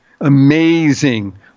amazing